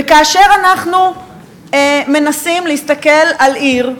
וכאשר אנחנו מנסים להסתכל על עיר,